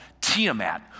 Tiamat